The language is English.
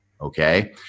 Okay